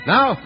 Now